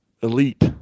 elite